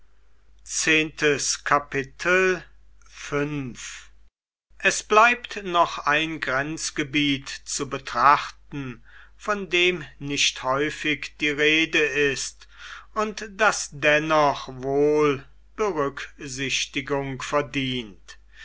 es bleibt noch ein grenzgebiet zu betrachten von dem nicht häufig die rede ist und das dennoch wohl berücksichtigung verdient